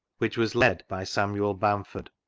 which was led by samuel bamford.